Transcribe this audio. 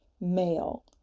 male